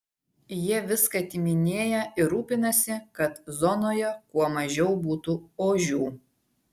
jie viską atiminėja ir rūpinasi kad zonoje kuo mažiau būtų ožių